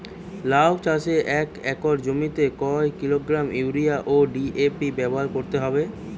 লাউ চাষে এক একর জমিতে কত কিলোগ্রাম ইউরিয়া ও ডি.এ.পি ব্যবহার করতে হবে?